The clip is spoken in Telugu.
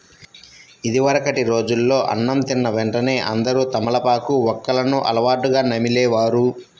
ఇదివరకటి రోజుల్లో అన్నం తిన్న వెంటనే అందరూ తమలపాకు, వక్కలను అలవాటుగా నమిలే వారు